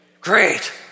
Great